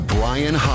Brian